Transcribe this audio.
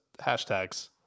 hashtags